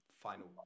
final